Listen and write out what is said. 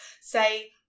say